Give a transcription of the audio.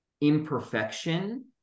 imperfection